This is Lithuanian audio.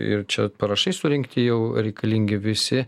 ir čia parašai surinkti jau reikalingi visi